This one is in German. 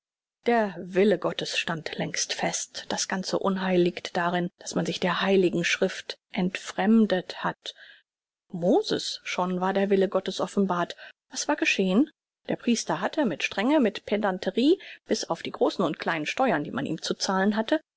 der wille gottes stand längst fest das ganze unheil liegt darin daß man sich der heiligen schrift entfremdet hat moses schon war der wille gottes offenbart was war geschehn der priester hatte mit strenge mit pedanterie bis auf die großen und kleinen steuern die man ihm zu zahlen hatte